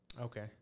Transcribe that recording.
Okay